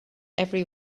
every